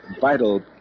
vital